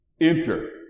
enter